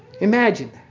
Imagine